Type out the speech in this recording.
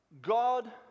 God